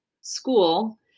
school